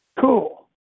Cool